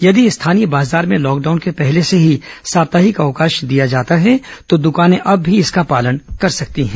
यदि स्थानीय बाजार में लॉकडाउन के पहले से ही साप्ताहिक अवकाश दिया जाता है तो दुकानें अब भी इसका पालन कर सकती हैं